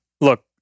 Look